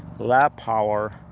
lap power,